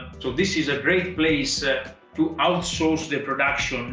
so this is a great place to outsource the production,